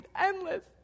endless